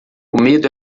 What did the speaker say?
medo